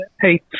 Hey